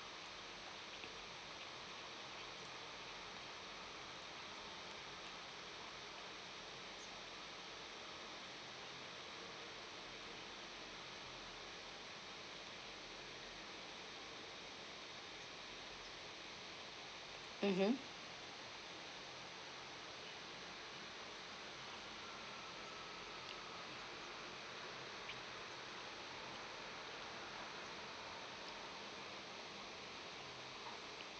mmhmm